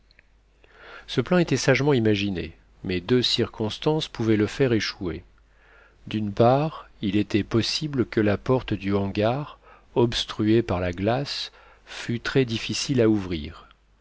ce plan était sagement imaginé mais deux circonstances pouvaient le faire échouer d'une part il était possible que la porte du hangar obstruée par la glace fût très difficile à ouvrir